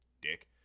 dick